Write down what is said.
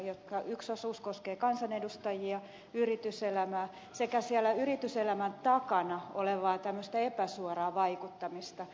yksi osuus koskee kansanedustajia yksi yrityselämää sekä siellä yrityselämän takana olevaa tämmöistä epäsuoraa vaikuttamista